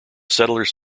settlers